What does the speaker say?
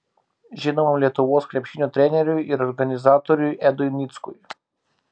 žinomam lietuvos krepšinio treneriui ir organizatoriui edui nickui